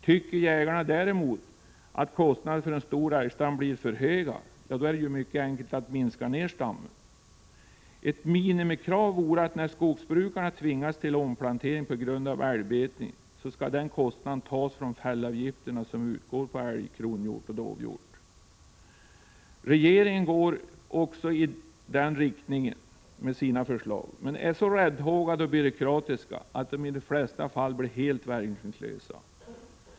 Tycker jägarna däremot att kostnaderna för en stor älgstam blir för höga är det ju mycket enkelt att minska stammen. Ett minimikrav vore att när skogsbrukarna tvingas till omplantering på grund av älgbetning skall pengarna för täckande av denna kostnad tas från de fällavgifter som utgår på älg, kronhjort och dovhjort. Regeringens förslag går också i denna riktning, men man är så räddhågad och byråkratisk att förslagen i de flesta fall blir helt verkningslösa.